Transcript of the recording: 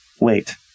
Wait